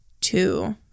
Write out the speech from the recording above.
two